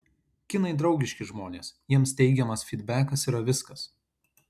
kinai draugiški žmonės jiems teigiamas fydbekas yra viskas